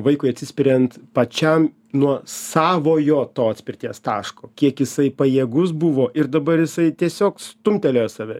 vaikui atsispiriant pačiam nuo savojo to atspirties taško kiek jisai pajėgus buvo ir dabar jisai tiesiog stumtelėjo save